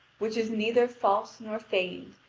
which is neither false nor feigned,